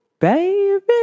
baby